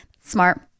Smart